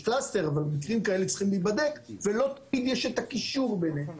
מקרים כאלה צריכים להיבדק ולא תמיד יש את הקישור ביניהם.